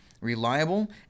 reliable